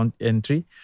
entry